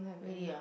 really ah